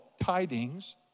Tidings